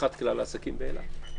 לפתיחת כלל העסקים באילת.